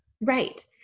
Right